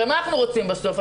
הרי מה אנחנו רוצים בסוף?